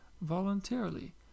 voluntarily